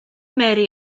mary